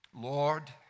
Lord